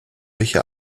welche